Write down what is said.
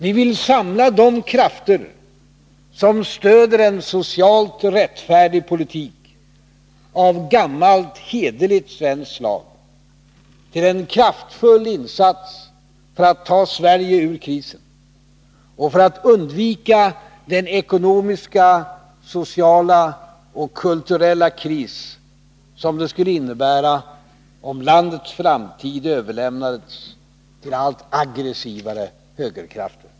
Vi vill samla de krafter som stöder en socialt rättfärdig politik av gammalt hederligt svenskt slag till en kraftfull insats för att ta Sverige ur krisen och för att undvika den ekonomiska, sociala och kulturella kris som det skulle innebära om landets framtid överlämnades till allt aggressivare högerkrafter.